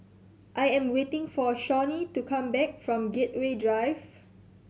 I am waiting for Shawnee to come back from Gateway Drive